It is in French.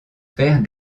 faire